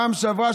בפעם שעברה,